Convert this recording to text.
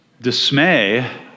dismay